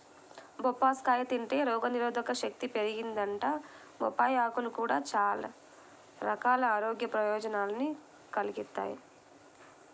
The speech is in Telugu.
బొప్పాస్కాయ తింటే రోగనిరోధకశక్తి పెరిగిద్దంట, బొప్పాయ్ ఆకులు గూడా చానా రకాల ఆరోగ్య ప్రయోజనాల్ని కలిగిత్తయ్